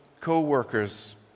co-workers